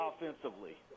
offensively